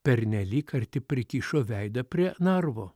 pernelyg arti prikišo veidą prie narvo